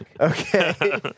Okay